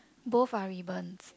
both are ribbons